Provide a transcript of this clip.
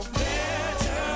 better